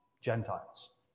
Gentiles